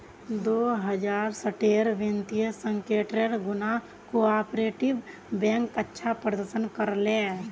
दो हज़ार साटेर वित्तीय संकटेर खुणा कोआपरेटिव बैंक अच्छा प्रदर्शन कर ले